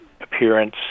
appearance